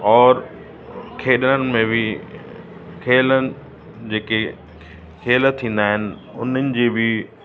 और खेॾण में बि खेलण जेके खेल थींदा आहिनि उन्हनि जी बि